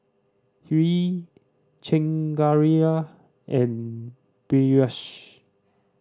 Hri Chengara and Peyush